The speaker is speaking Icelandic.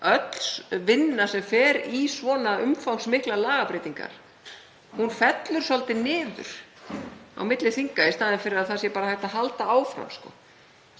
öll vinna sem fer í svona umfangsmiklar lagabreytingar fellur svolítið niður á milli þinga í staðinn fyrir að það sé bara hægt að halda áfram.